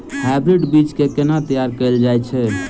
Hybrid बीज केँ केना तैयार कैल जाय छै?